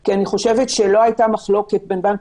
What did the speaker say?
כי אני חושבת שלא הייתה מחלוקת בין בנק